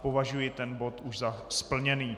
Považuji bod už za splněný.